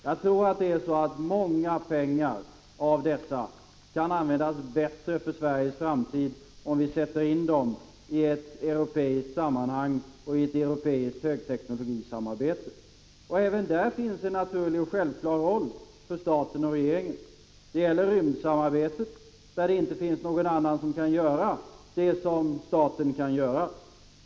Jag tror att en stor del av dessa pengar kan användas bättre för Sveriges framtid, om vi sätter in dem i ett europeiskt sammanhang och i ett europeiskt högteknologisamarbete. Även där finns en naturlig och självklar roll för staten och regeringen. Det gäller rymdsamarbetet, där det inte finns någon annan som kan göra det som staten kan göra.